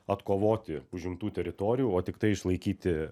atkovoti užimtų teritorijų o tiktai išlaikyti